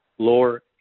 lower